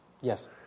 Yes